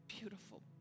beautiful